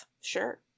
Sure